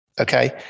okay